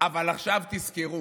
אבל עכשיו תזכרו: